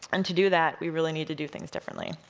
and to do that, we really need to do things differently.